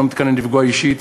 אני לא מתכוון לפגוע אישית.